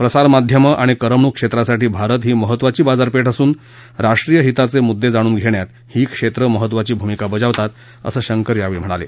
प्रसारमाध्यमं आणि करमणुकक्षेत्रासाठी भारत ही महत्वाची बाजारपेठ असून राष्ट्रीय हिताचे मुद्दे जाणून घेण्यात ही क्षेत्र महत्तवाची भूमिका बजावतात असं उदय शंकर यावेळी म्हणाले